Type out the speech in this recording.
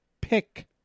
Pick